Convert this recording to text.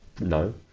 no